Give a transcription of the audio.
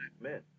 men